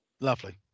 Lovely